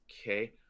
okay